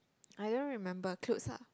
I don't remember clothes lah